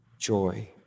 joy